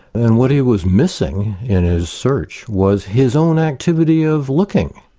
and what he was missing in his search was his own activity of looking,